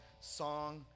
song